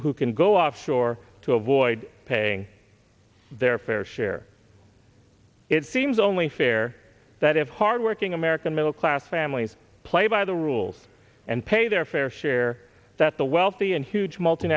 who can go offshore to avoid paying their fair share it seems only fair that of hardworking american middle class families play by the rules and pay their fair share that the wealthy and huge multi